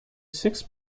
six